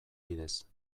bidez